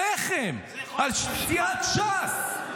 -- וגם עליכם, על סיעת ש"ס.